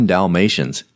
Dalmatians